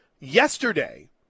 Yesterday